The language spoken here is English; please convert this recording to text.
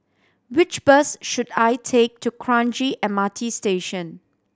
which bus should I take to Kranji M R T Station